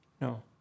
no